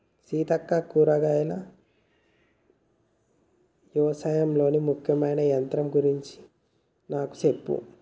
సీతక్క కూరగాయలు యవశాయంలో ముఖ్యమైన యంత్రం గురించి నాకు సెప్పవా